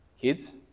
kids